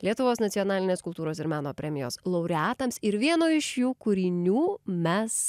lietuvos nacionalinės kultūros ir meno premijos laureatams ir vieno iš jų kūrinių mes